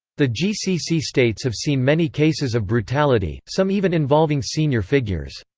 the gcc states have seen many cases of brutality, some even involving senior figures.